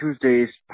Tuesday's